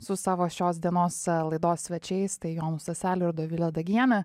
su savo šios dienos laidos svečiais tai jonu staseliu ir dovile dagiene